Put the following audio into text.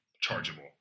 chargeable